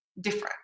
different